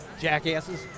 Jackasses